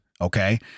Okay